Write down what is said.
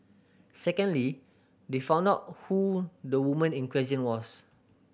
secondly they found out who the woman in question was